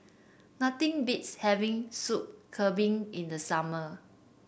nothing beats having Soup Kambing in the summer